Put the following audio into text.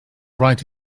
right